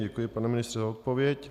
Děkuji, pane ministře, za odpověď.